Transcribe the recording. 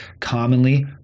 commonly